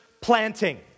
planting